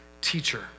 teacher